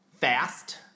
fast